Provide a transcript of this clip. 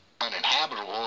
uninhabitable